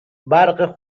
برق